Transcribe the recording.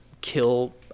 kill